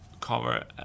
cover